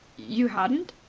you hadn't?